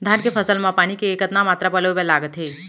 धान के फसल म पानी के कतना मात्रा पलोय बर लागथे?